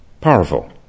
powerful